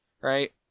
right